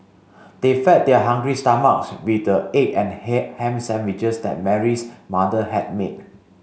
they fed their hungry stomachs with the egg and ham sandwiches that Mary's mother had made